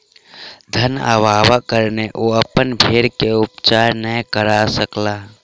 धन अभावक कारणेँ ओ अपन भेड़ के उपचार नै करा सकला